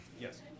Yes